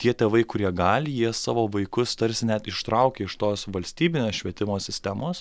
tie tėvai kurie gali jie savo vaikus tarsi net ištraukė iš tos valstybinės švietimo sistemos